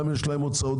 גם יש להם הוצאות,